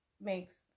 makes